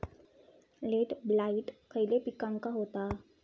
Late blight खयले पिकांका होता?